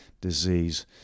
disease